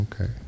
okay